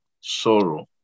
sorrow